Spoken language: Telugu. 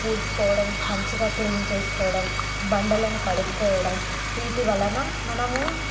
ఊడ్చుకోవడం మంచిగా క్లీన్ చేసుకోవడం బండలను కడుక్కోవడం వీటివలన మనము